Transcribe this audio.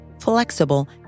flexible